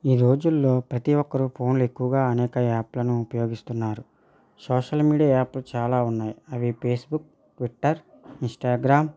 ఈ రోజుల్లో ప్రతీ ఒక్కరు ఫోన్లు ఎక్కువగా అనేక యాప్లను ఉపయోగిస్తున్నారు సోషల్ మీడియా యాప్లు చాలా ఉన్నాయి అవి ఫేస్బుక్ ట్విట్టర్ ఇంస్టాగ్రామ్